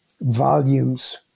volumes